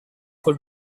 col